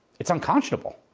it's unconscionable.